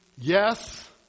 Yes